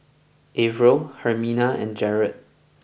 Arvel Hermina and Jarrad